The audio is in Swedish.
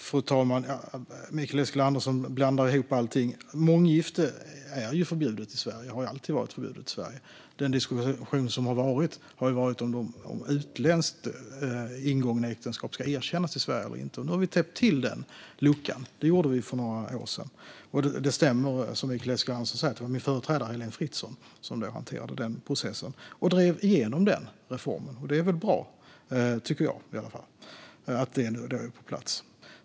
Fru talman! Mikael Eskilandersson blandar ihop allting. Månggifte är förbjudet i Sverige och har alltid varit det. Den diskussion som har varit har gällt om äktenskap som har ingåtts utomlands ska erkännas i Sverige eller inte. Nu har vi täppt till den luckan; det gjorde vi för några år sedan. Det stämmer, det som Mikael Eskilandersson säger, att det var min företrädare Heléne Fritzon som hanterade den processen och drev igenom reformen. Det är bra, tycker i alla fall jag, att detta är på plats.